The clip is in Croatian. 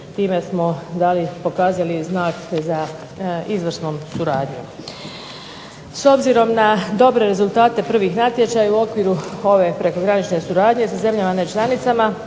Time smo dali, pokazali znak za izvrsnom suradnjom. S obzirom na dobre rezultate prvih natječaja u okviru ove prekogranične suradnje sa zemljama ne članicama